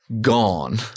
gone